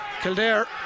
Kildare